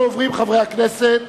חברי הכנסת,